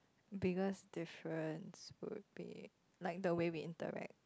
biggest difference would be like the way we interact